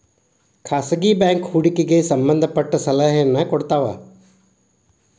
ಖಾಸಗಿ ಬ್ಯಾಂಕ್ ಹೂಡಿಕೆಗೆ ಸಂಬಂಧ ಪಟ್ಟ ಸಲಹೆನ ಕೊಡ್ತವ